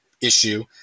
issue